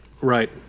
Right